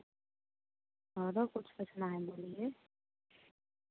और कुछ पूछना है बोलिए